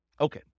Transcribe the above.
Okay